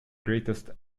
greatest